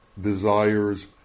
desires